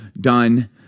done